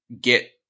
get